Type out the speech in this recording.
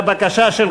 הבחור הזה ירד מהפסים.